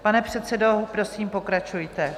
Pane předsedo, prosím, pokračujte.